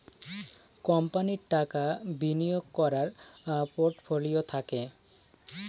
কোম্পানির টাকা বিনিয়োগ করার পোর্টফোলিও থাকে